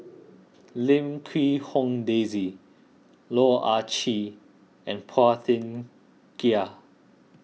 Lim Quee Hong Daisy Loh Ah Chee and Phua Thin Kiay